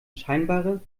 scheinbare